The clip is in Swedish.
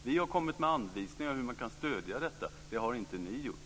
Vi har kommit med anvisningar om hur man kan stödja dessa. Det har inte ni gjort.